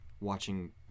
watching